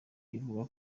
ivuga